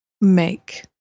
make